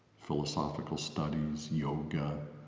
philosophical studies, yoga.